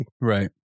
Right